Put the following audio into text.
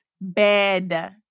bed